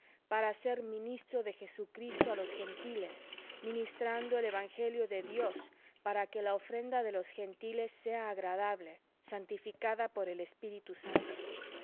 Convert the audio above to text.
para ser ministro de jesucristo á los gentiles ministrando el evangelio de dios para que la ofrenda de los gentiles sea agradable santificada por el espíritu santo